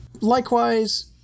Likewise